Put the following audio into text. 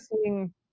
seeing